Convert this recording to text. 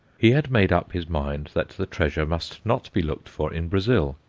he had made up his mind that the treasure must not be looked for in brazil.